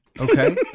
Okay